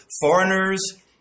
foreigners